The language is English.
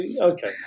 okay